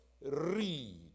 read